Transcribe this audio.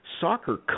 soccer